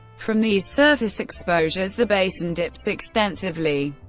from these surface exposures the basin dips extensively,